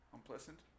Unpleasant